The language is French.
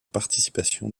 participation